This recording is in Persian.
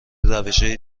روشهای